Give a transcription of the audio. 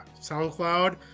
SoundCloud